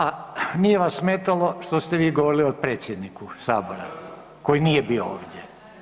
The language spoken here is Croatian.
A nije vas smetalo što ste vi govorili o predsjedniku Sabora koji nije bio ovdje?